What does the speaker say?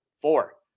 four